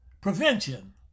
prevention